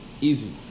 Easy